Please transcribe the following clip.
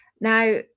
Now